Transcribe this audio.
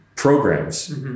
Programs